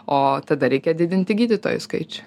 o tada reikia didinti gydytojų skaičių